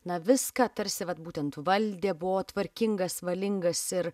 na viską tarsi vat būtent valdė buvo tvarkingas valingas ir